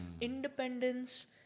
independence